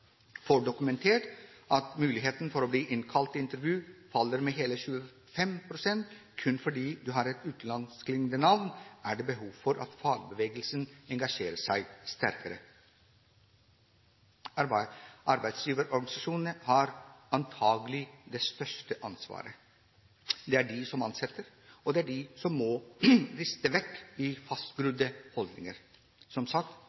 får dokumentert at muligheten for å bli innkalt til et intervju faller med hele 25 pst. kun fordi du har et utenlandskklingende navn, er det behov for at fagbevegelsen engasjerer seg sterkere. Arbeidsgiverorganisasjonene har antageligvis det største ansvaret. Det er de som ansetter, og det er de som må riste av seg fastgrodde holdninger. Som sagt: